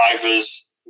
drivers